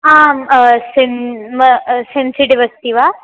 आम् same sensitive अस्ति वा